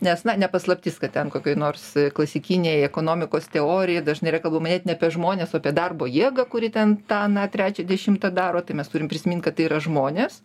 nes na ne paslaptis kad ten kokioj nors klasikinėj ekonomikos teorijoj dažnai yra kalbama net ne apie žmones o apie darbo jėgą kuri ten tą aną trečią dešimtą daro tai mes turim prisimint kad tai yra žmonės